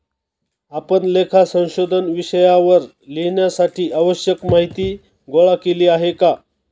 आपण लेखा संशोधन विषयावर लिहिण्यासाठी आवश्यक माहीती गोळा केली आहे का?